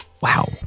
wow